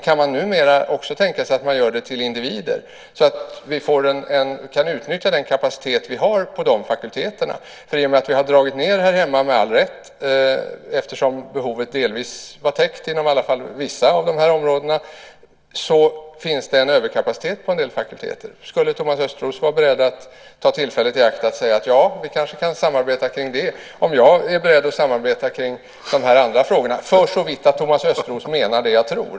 Kan man numera också tänka sig att göra det till individer så att vi kan utnyttja den kapacitet som vi har på dessa fakulteter? I och med att vi har dragit ned här hemma - med all rätt eftersom behovet delvis var täckt inom i alla fall vissa av de här områdena - finns det en överkapacitet på en del fakulteter. Skulle Thomas Östros vara beredd att ta tillfället i akt och säga att ja, vi kanske kan samarbeta kring det om jag är beredd att samarbeta kring de här andra frågorna - försåvitt att Thomas Östros menar det jag tror.